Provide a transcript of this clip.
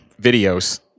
videos